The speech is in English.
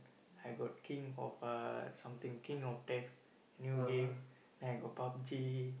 I got king of uh something king of death a new game then I got Pub-G